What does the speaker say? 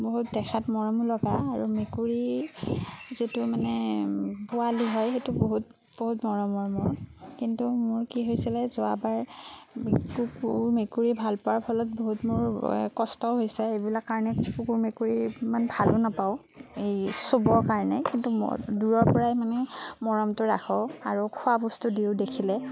বহুত দেখাত মৰমলগা আৰু মেকুৰী যিটো মানে পোৱালি হয় সেইটো বহুত বহুত মৰমৰ মোৰ কিন্তু মোৰ কি হৈছিলে যোৱাবাৰ কুকুৰ মেকুৰী ভাল পোৱাৰ ফলত বহুত মোৰ কষ্টও হৈছে এইবিলাক কাৰণে কুকুৰ মেকুৰী ইমান ভালো নাপাওঁ এই চুবৰ কাৰণে কিন্তু দূৰৰ পৰাই মানে মৰমটো ৰাখোঁ আৰু খোৱাবস্তু দিওঁ দেখিলে